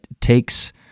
takes